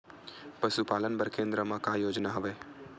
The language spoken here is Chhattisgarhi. पशुपालन बर केन्द्र म का योजना हवे?